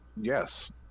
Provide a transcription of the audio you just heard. Yes